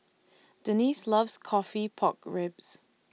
Denise loves Coffee Pork Ribs